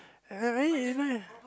I I I mean